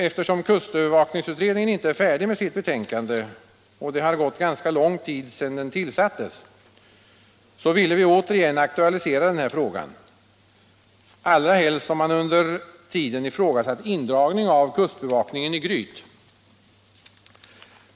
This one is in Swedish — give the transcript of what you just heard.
Eftersom kustövervakningsutredningen inte är färdig med sitt betänkande och det har gått ganska lång tid sedan den tillsattes, så ville vi återigen aktualisera den här frågan, allra helst som man under tiden ifrågasatt indragning av kustbevakningen i Gryt.